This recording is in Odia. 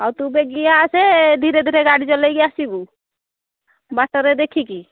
ହଉ ତୁ ବେଗି ଆସେ ଧୀରେ ଧୀରେ ଗାଡ଼ି ଚଲେଇକି ଆସିବୁ ବାଟରେ ଦେଖିକି